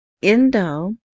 Indo